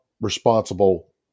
responsible